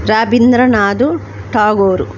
Rabindra Nath Tagore